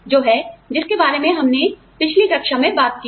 जो है जिसके बारे में हमने पिछली कक्षा में बात की है